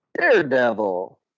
Daredevil